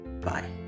bye